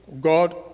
God